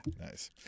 Nice